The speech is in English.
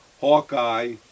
Hawkeye